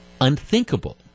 unthinkable